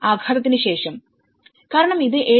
ആഘാതത്തിന് ശേഷം കാരണം ഇത് 7